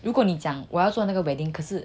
如果你讲我要做那个 wedding 可是